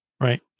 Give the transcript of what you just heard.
Right